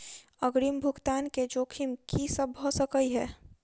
अग्रिम भुगतान केँ जोखिम की सब भऽ सकै हय?